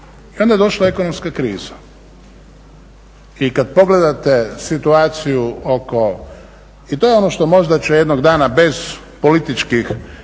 i onda je došla ekonomska kriza. I kad pogledate situaciju oko, i to je ono što možda će jednog dana bez političkih